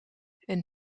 een